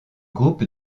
groupe